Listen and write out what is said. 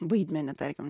vaidmenį tarkim